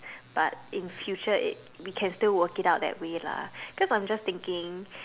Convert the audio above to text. but in future it we can still work it out that way lah cause I'm just thinking